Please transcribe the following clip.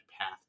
path